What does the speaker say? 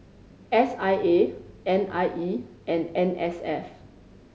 S I A N I E and N S F